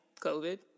COVID